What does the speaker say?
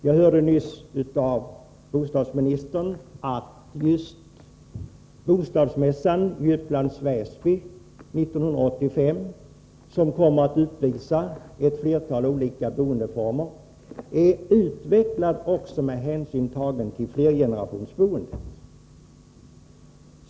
Jag hörde nyss av bostadsministern att bostadsmässan i Upplands Väsby 1985, som kommer att uppvisa ett flertal olika boendeformer, är utvecklad med hänsyn tagen också till flergenerationsboendet.